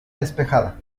despejada